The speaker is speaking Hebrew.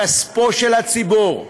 כספו של הציבור,